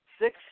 six